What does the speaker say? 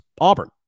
Auburn